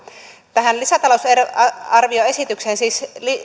tähän lisätalousarvioesitykseen siis